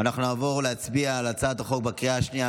אנחנו נעבור להצביע על הצעת החוק בקריאה השנייה,